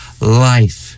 life